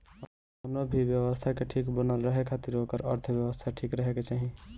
कवनो भी व्यवस्था के ठीक बनल रहे खातिर ओकर अर्थव्यवस्था ठीक रहे के चाही